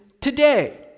today